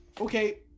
Okay